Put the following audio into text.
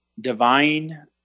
divine